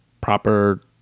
proper